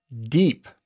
deep